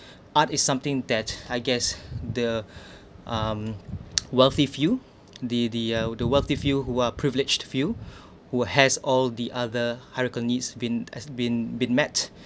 art is something that I guess the um wealthy field the the uh the wealthy field who are privileged field who has all the other hierarchy needs been has been been met